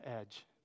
edge